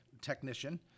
technician